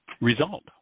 result